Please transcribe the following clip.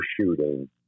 shooting